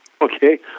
Okay